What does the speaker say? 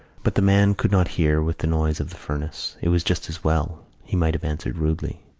but the man could not hear with the noise of the furnace. it was just as well. he might have answered rudely.